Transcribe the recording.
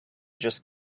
just